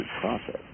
process